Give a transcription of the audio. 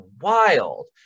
wild